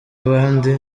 abandi